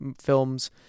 films